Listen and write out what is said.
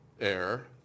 air